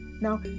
Now